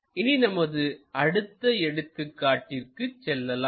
இனி நமது அடுத்த எடுத்துக்காட்டிற்கு செல்லலாம்